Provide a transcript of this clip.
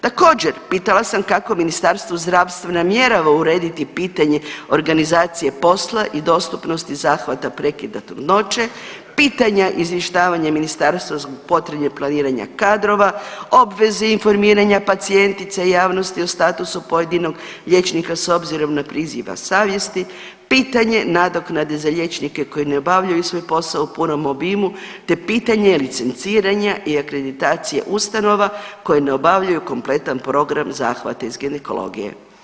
Također pitala sam kako Ministarstvo zdravstva namjerava urediti pitanje organizacije posla i dostupnosti zahvata prekida trudnoće, pitanja izvještavanja ministarstva zbog potrebe planiranja kadrova, o obvezi informiranja pacijentica i javnosti o statusu pojedinog liječnika s obzirom na priziv savjesti, pitanje nadoknade za liječnike koji ne obavljaju svoj posao u punom obimu te pitanje licenciranja i akreditacije ustanova koje ne obavljaju kompletan program zahvata iz ginekologije.